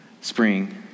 Spring